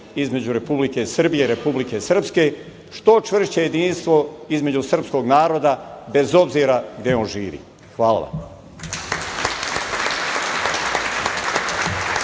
između Republike Srbije i Republike Srpske, što čvršće jedinstvo između srpskog naroda bez obzira gde on živi. Hvala.